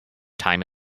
time